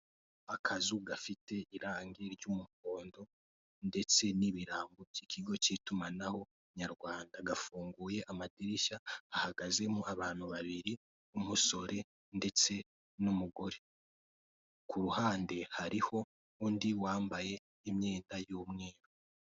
Akazu gafite irangi ry'umuhondo ndetse n'ibirango by'ikigo cy'itumanaho nyarwanda; gafunguye amadirishya hahagazemo abantu babiri umusore ndetse n'umugore. Ku ruhande hariho undi wambaye imyenda y'umweru.